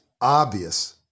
obvious